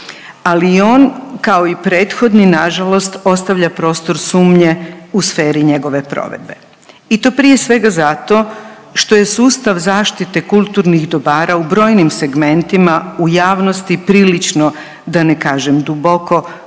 Ali i on kao i prethodni na žalost ostavlja prostor sumnje u sferi njegove provedbe i to prije svega zato što je sustav zaštite kulturnih dobara u brojnim segmentima u javnosti prilično da ne kažem duboko